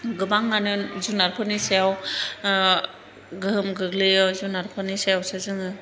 गोबाङानो जुनारफोरनि सायाव गोहोम गोग्लैयो जुनारफोरनि सायावसो जोङो